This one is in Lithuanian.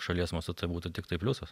šalies mastu tai būtų tiktai pliusas